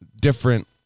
different